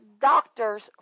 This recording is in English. doctors